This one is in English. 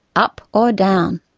up or down?